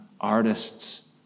artist's